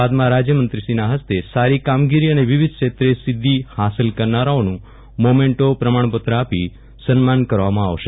બાદમાં રાજયમંત્રીશ્રીના ફસ્તે સારી કામગીરી અને વિવિધક્ષેત્રે સિધ્યિ ફાંસલ કરનારાઓનું મોમેન્ટો પ્રમાણપત્ર આપી સન્માન કરાશે